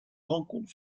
rencontre